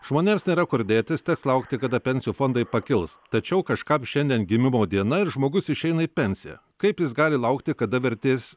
žmonėms nėra kur dėtis teks laukti kada pensijų fondai pakils tačiau kažkam šiandien gimimo diena ir žmogus išeina į pensiją kaip jis gali laukti kada vertės